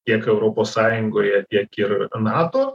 tiek europos sąjungoje tiek ir nato